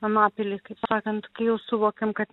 anapilį kaip sakant kai jau suvokėm kad